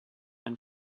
and